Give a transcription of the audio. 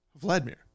Vladimir